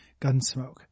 Gunsmoke